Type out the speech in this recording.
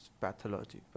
Pathology